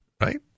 Right